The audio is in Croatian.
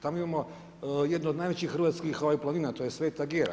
Tamo imamo jednu od najvećih hrvatskih planina to je Sveta Gera.